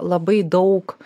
labai daug